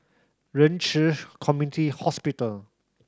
Ren Chi Community Hospital